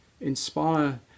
inspire